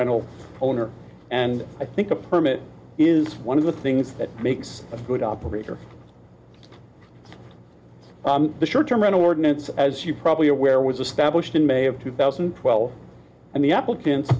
rental owner and i think a permit is one of the things that makes a good operator the short term rental ordinance as you probably aware was established in may of two thousand and twelve and the applicants